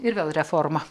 ir vėl reforma